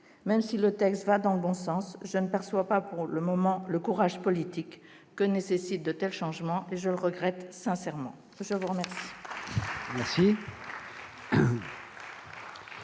Même si ce texte va dans le bon sens, je ne perçois pas, pour le moment, le courage politique que nécessitent de tels changements. Je le regrette sincèrement. La discussion